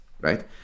right